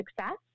success